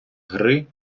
гри